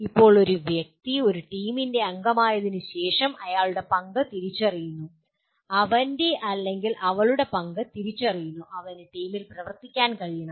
ഇപ്പോൾ ഒരു വ്യക്തി ഒരു ടീമിൽ അംഗമായതിനുശേഷം അയാളുടെ പങ്ക് തിരിച്ചറിയുന്നു അവന്റെ അല്ലെങ്കിൽ അവളുടെ പങ്ക് തിരിച്ചറിയുന്നു അവന് ടീമിൽ പ്രവർത്തിക്കാൻ കഴിയണം